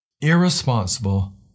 irresponsible